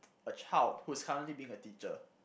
a child who is currently being a teacher